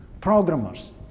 programmers